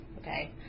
Okay